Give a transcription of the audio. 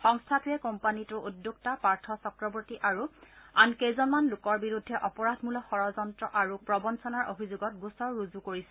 সংস্থাটোৱে কোম্পানীটোৰ উদ্যোক্তা পাৰ্থ চক্ৰবৰ্তী আৰু আন কেইজনমান লোকৰ বিৰুদ্ধে অপৰাধমূলক ষড়যন্ত্ৰ আৰু প্ৰৱঞ্চনাৰ অভিযোগত গোচৰ ৰুজু কৰিছে